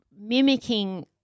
mimicking –